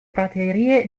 praterie